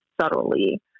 subtly